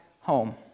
home